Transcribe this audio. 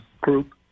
group